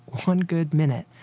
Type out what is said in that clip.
one good minute,